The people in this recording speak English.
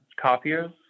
copiers